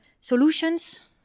solutions